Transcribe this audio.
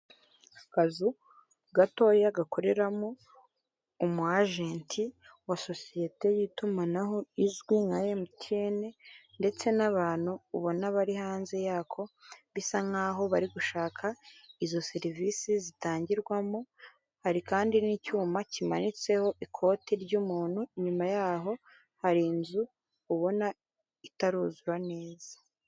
Akazu gatoya gakoreramo umu agenti wa sosiyete y'itumanaho izwi nka ematuyene ndetse n'abantu ubona bari hanze yako bisa nkaho bari gushaka izo serivisi zitangirwamo hari kandi n'icyuma kimanitseho ikoti ry'umuntu inyuma yaho hari inzu ubona itaruzura neza.